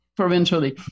Provincially